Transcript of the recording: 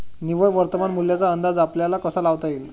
निव्वळ वर्तमान मूल्याचा अंदाज आपल्याला कसा लावता येईल?